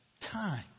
time